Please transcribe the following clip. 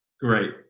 Great